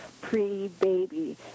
pre-baby